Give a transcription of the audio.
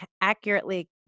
accurately